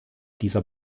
dieser